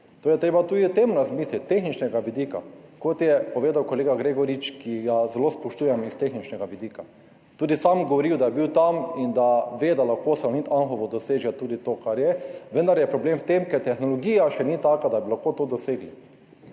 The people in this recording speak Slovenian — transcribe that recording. Torej je treba tudi o tem razmisliti, s tehničnega vidika, kot je povedal kolega Gregorič, ki ga zelo spoštujem s tehničnega vidika. Tudi sam je govoril, da je bil tam in da ve, da lahko Salonit Anhovo doseže tudi to, kar je, vendar je problem v tem, da tehnologija še ni taka, da bi lahko to dosegli.